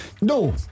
No